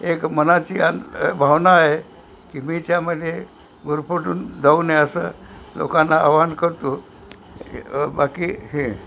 एक मनाची आणि भावना आहे की मी त्यामध्ये गुरफटून जाऊ नये असं लोकांना आव्हान करतो बाकी हे